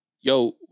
Yo